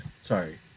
sorry